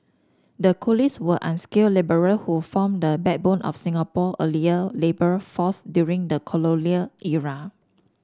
the coolies were unskilled labourer who formed the backbone of Singapore earlier labour force during the colonial era